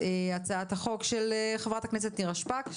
הצעת החוק של חברת הכנסת נירה שפק.